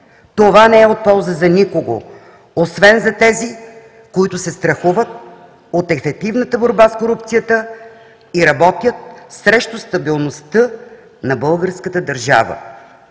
Това не е от полза за никого, освен за тези, които се страхуват от ефективната борба с корупцията и работят срещу стабилността на българската държава.